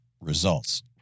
results